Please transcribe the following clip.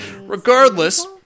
Regardless